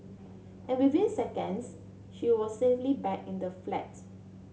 and within seconds she was safely back in the flat